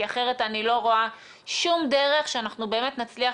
כי אחרת אני לא רואה שום דרך שאנחנו באמת נצליח